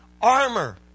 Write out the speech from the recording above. armor